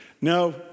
no